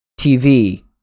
TV